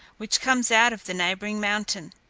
which comes out of the neighbouring mountain.